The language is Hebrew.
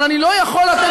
אבל אני לא יכול לתת